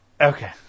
Okay